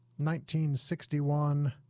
1961